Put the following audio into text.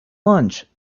lunch